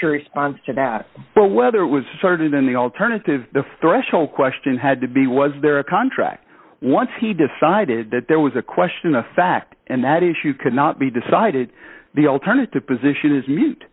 your response to that but whether it was started in the alternative the threshold question had to be was there a contract once he decided that there was a question of fact and that issue cannot be decided the alternative position is mute